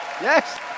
Yes